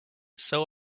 sew